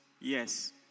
yes